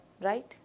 right